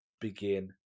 begin